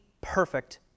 perfect